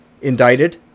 indicted